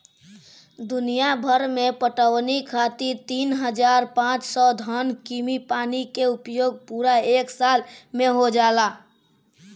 दुनियाभर में पटवनी खातिर तीन हज़ार पाँच सौ घन कीमी पानी के उपयोग पूरा एक साल में हो जाला